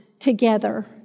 together